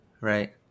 right